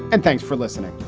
and thanks for listening